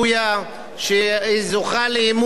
שזוכה לאמון רחב,